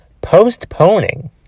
postponing